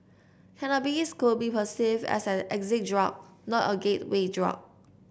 cannabis could be perceived as an exit drug not a gateway drug